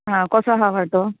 हा कोसो आहा वांटो